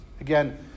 Again